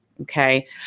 okay